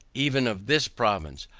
even of this province,